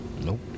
Nope